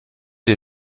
des